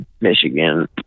Michigan